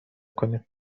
کنیم